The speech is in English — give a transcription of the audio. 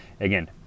again